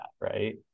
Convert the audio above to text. right